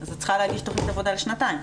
אז את צריכה להגיש תכנית עבודה לשנתיים.